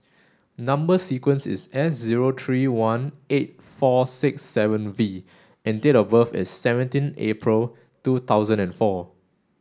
number sequence is S zero three one eight four six seven V and date of birth is seventeen April two thousand and four